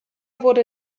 wurde